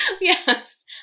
Yes